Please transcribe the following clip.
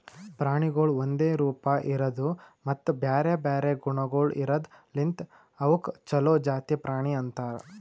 ಪ್ರಾಣಿಗೊಳ್ ಒಂದೆ ರೂಪ, ಇರದು ಮತ್ತ ಬ್ಯಾರೆ ಬ್ಯಾರೆ ಗುಣಗೊಳ್ ಇರದ್ ಲಿಂತ್ ಅವುಕ್ ಛಲೋ ಜಾತಿ ಪ್ರಾಣಿ ಅಂತರ್